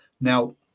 Now